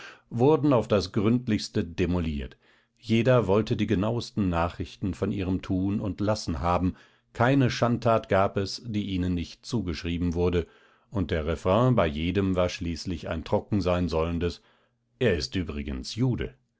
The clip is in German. wurden auf das gründlichste demoliert jeder wollte die genauesten nachrichten von ihrem tun und lassen haben keine schandtat gab es die ihnen nicht zugeschrieben wurde und der refrain bei jedem war schließlich ein trocken sein sollendes er ist übrigens jude